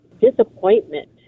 disappointment